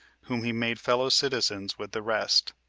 whom he made fellow citizens with the rest.